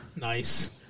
Nice